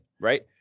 Right